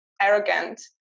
arrogant